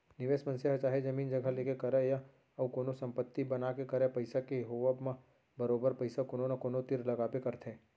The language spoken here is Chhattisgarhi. निवेस मनसे ह चाहे जमीन जघा लेके करय या अउ कोनो संपत्ति बना के करय पइसा के होवब म बरोबर पइसा कोनो न कोनो तीर लगाबे करथे